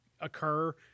occur